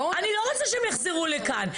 אני לא רוצה שהם יחזרו לכאן.